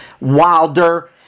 Wilder